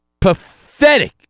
pathetic